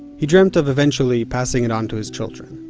he dreamt of eventually passing it on to his children.